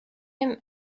him